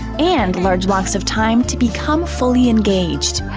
and large blocks of time to become fully engaged.